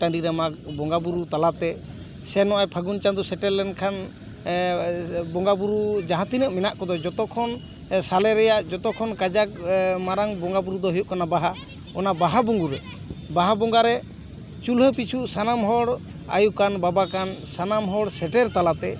ᱴᱟᱺᱰᱤ ᱨᱮ ᱢᱟᱜᱽ ᱵᱚᱸᱜᱟ ᱵᱳᱨᱳ ᱛᱟᱞᱟ ᱛᱮ ᱥᱮ ᱱᱚᱜᱼᱚᱭ ᱯᱷᱟᱹᱜᱩᱱ ᱠᱚ ᱥᱮᱴᱮᱨ ᱞᱮᱱ ᱠᱷᱟᱱ ᱵᱚᱸᱜᱟ ᱵᱳᱨᱳ ᱡᱟᱦᱟᱸ ᱛᱤᱱᱟᱹᱜ ᱢᱮᱱᱟᱜ ᱠᱚᱫᱚ ᱡᱚᱛᱚ ᱠᱷᱚᱱ ᱥᱟᱞᱮ ᱨᱮᱭᱟᱜ ᱡᱚᱛᱚ ᱠᱷᱚᱱ ᱠᱟᱡᱟᱠ ᱢᱟᱨᱟᱝ ᱵᱚᱸᱜᱟ ᱵᱳᱨᱳ ᱫᱚ ᱦᱩᱭᱩᱜ ᱠᱟᱱᱟ ᱵᱟᱦᱟ ᱚᱱᱟ ᱵᱟᱦᱟ ᱵᱩᱨᱩ ᱨᱮ ᱵᱟᱦᱟ ᱵᱚᱸᱜᱟ ᱨᱮ ᱪᱩᱱᱦᱟᱹ ᱯᱤᱪᱷᱩ ᱥᱟᱱᱟᱢ ᱦᱚᱲ ᱟᱭᱩ ᱠᱟᱱ ᱵᱟᱵᱟ ᱠᱟᱱ ᱥᱟᱱᱟᱢ ᱦᱚᱲ ᱥᱮᱴᱮᱨ ᱛᱟᱞᱟᱛᱮ